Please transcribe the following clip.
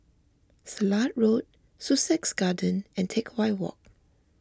Silat Road Sussex Garden and Teck Whye Walk